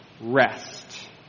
rest